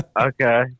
okay